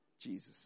Jesus